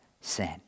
sin